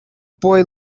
boy